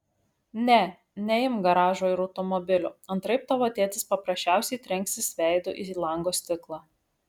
ne neimk garažo ir automobilių antraip tavo tėtis paprasčiausiai trenksis veidu į lango stiklą